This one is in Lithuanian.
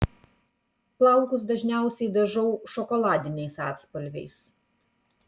plaukus dažniausiai dažau šokoladiniais atspalviais